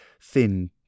thin